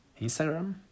Instagram